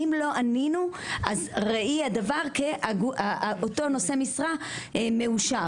ואם לא ענינו ראי כדבר שאותו נושא משרה מאושר.